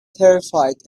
terrified